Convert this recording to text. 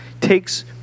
takes